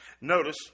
Notice